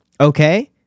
okay